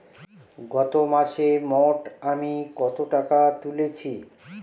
গত মাসে মোট আমি কত টাকা তুলেছি?